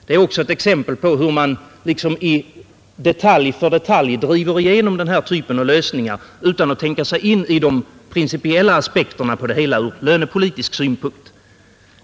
Det är också ett exempel på hur man liksom i detalj efter detalj driver igenom denna typ av lösningar utan att tänka sig in i de principiella aspekterna på det hela ur lönepolitisk synpunkt.